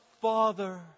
Father